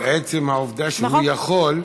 אבל עצם העובדה שהוא יכול,